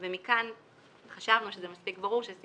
אני לא מצליחה זה נעשה כחוק.